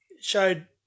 showed